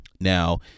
now